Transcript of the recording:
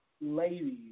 ladies